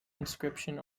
inscription